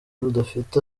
rudafite